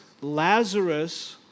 Lazarus